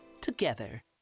together